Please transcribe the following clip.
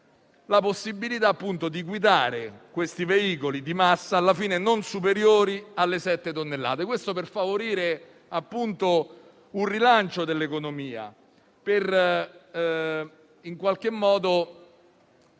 la possibilità di guidare questi veicoli di massa alla fine non superiori alle sette tonnellate e ciò per favorire un rilancio dell'economia, per consentire in qualche modo